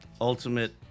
ultimate